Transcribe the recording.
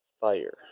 fire